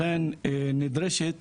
לכן, נדרשת